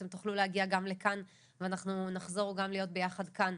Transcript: אתם תוכלו להגיע גם לכאן ואנחנו נחזור להיות ביחד גם כאן.